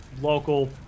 local